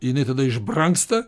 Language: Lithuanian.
jinai tada išbrangsta